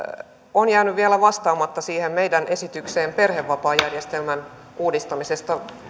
on jäänyt vielä vastaamatta siihen meidän esitykseemme perhevapaajärjestelmän uudistamisesta